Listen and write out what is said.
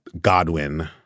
Godwin